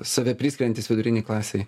save priskiriantys vidurinei klasei